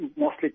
mostly